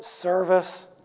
service